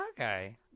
Okay